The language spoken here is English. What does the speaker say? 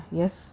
yes